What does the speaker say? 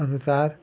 अनुसार